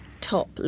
top